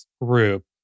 group